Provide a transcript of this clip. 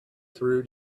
through